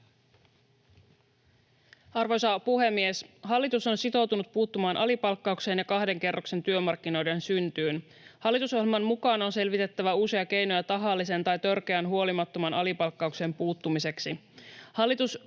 Arvoisa puhemies! Hallitus on sitoutunut puuttumaan alipalkkaukseen ja kahden kerroksen työmarkkinoiden syntyyn. Hallitusohjelman mukaan on selvitettävä uusia keinoja tahalliseen tai törkeän huolimattomaan alipalkkaukseen puuttumiseksi. Hallitus päätti helmikuussa käynnistää lainvalmistelun työsuojeluviranomaisen toimivaltuuksien laajentamiseksi